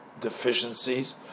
deficiencies